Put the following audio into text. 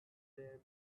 debt